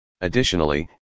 Additionally